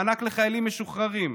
מענק לחיילים משוחררים,